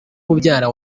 mubyara